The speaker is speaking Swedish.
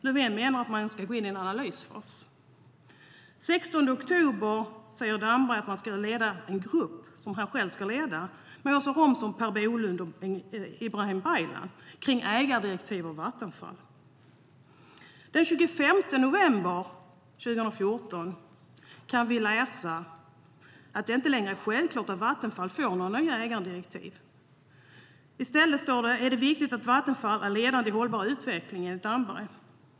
Löfven menade att man går in i en analysfas. Den 25 november 2014 kan vi läsa att det inte längre är självklart att Vattenfall får nya ägardirektiv. I stället är det viktigt att Vattenfall är ledande i hållbar utveckling, enligt Damberg.